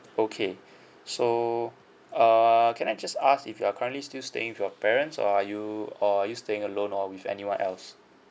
okay so err can I just ask if you are currently still staying with your parents or are you or are you staying alone or with anyone else